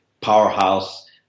powerhouse